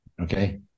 Okay